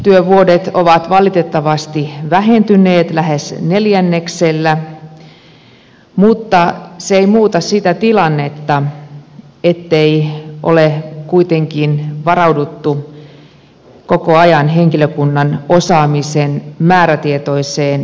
henkilötyövuodet ovat valitettavasti vähentyneet lähes neljänneksellä mutta se ei muuta sitä tilannetta että on kuitenkin varauduttu koko ajan henkilökunnan osaamisen määrätietoiseen kehittämiseen